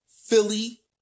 Philly